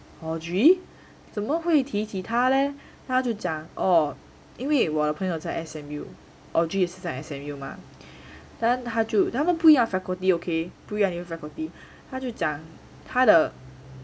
audrey 怎么会提起他咧他就讲 orh 因为我的朋友在 S_M_U audrey 也在 S_M_U mah then 她就他们不一样 faculty okay 不一样 faculty 他就讲他的